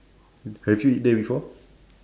have you eat there before